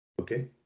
Okay